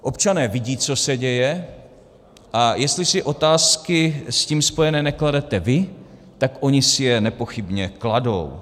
Občané vidí, co se děje, a jestli si otázky s tím spojené nekladete vy, tak oni si je nepochybně kladou.